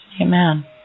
Amen